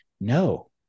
no